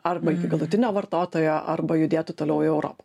arba iki galutinio vartotojo arba judėtų toliau į europą